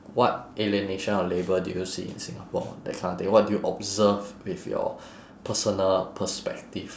what alienation of labour do you see in singapore that kind of thing what do you observe with your personal perspective